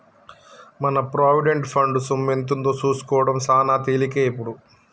మన provident fund సొమ్ము ఎంతుందో సూసుకోడం సాన తేలికే ఇప్పుడు